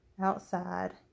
Outside